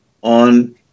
on